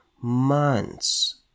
months